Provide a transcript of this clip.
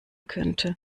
könnte